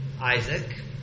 Isaac